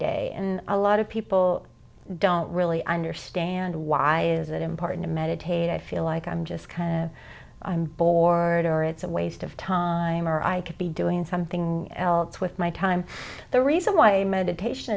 day and a lot of people don't really understand why is it important to meditate i feel like i'm just kind of i'm bored or it's a waste of time or i could be doing something else with my time the reason why meditation